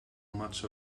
much